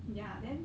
ya then